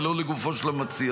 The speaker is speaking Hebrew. ולא לגופו של המציע,